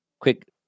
quick